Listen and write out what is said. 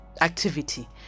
activity